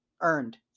earned